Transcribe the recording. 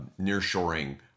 nearshoring